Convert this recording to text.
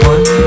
One